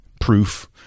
proof